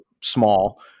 small